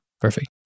Perfect